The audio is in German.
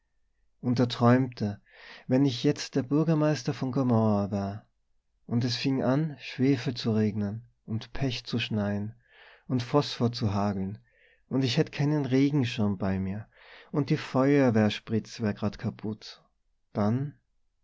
und er träumte wenn ich jetzt der bürgermeister von gomorrha wär und es fing an schwefel zu regnen und pech zu schneien und phosphor zu hageln und ich hätt keinen regenschirm bei mir und die feuerwehrspritz wär gerad kaputt dann